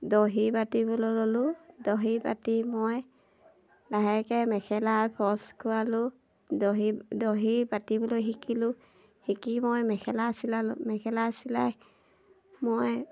দহি কাটিবলৈ ল'লোঁ দহি কাটি মই লাহেকে মেখেলা ফছ খোৱালোঁ দহি দহি কাটিবলৈ শিকিলোঁ শিকি মই মেখেলা চিলালোঁ মেখেলা চিলাই মই